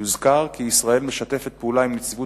יוזכר כי ישראל משתפת פעולה עם נציבות